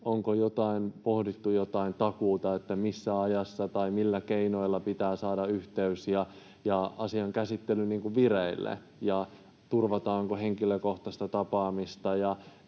onko pohdittu jotain takuuta, missä ajassa tai millä keinoilla pitää saada yhteys ja asian käsittely vireille, turvataanko henkilökohtaista tapaamista,